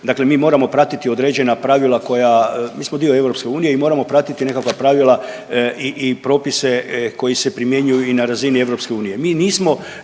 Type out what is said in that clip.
dakle mi moramo pratiti određena pravila koja, mi smo dio EU i moramo pratiti nekakva pravila i propise koji se primjenjuju i na razini EU. Mi nismo